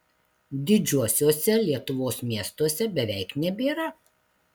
didžiuosiuose lietuvos miestuose beveik nebėra